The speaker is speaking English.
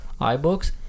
iBooks